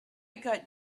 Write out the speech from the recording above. got